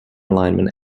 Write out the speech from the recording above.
alignment